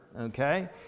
okay